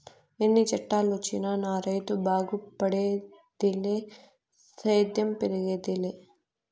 ఎన్ని చట్టాలొచ్చినా నా రైతు బాగుపడేదిలే సేద్యం పెరిగేదెలా